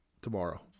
tomorrow